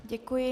Děkuji.